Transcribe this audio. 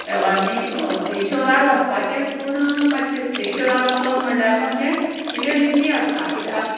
आनीक सी शोरार वचपाचेंच पूण मातशें सी शोरार वचप म्हणल्यार मातशें इल्लें रिस्की आसता कित्याक